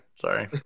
sorry